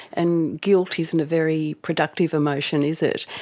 and guilt isn't a very productive emotion, is it.